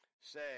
say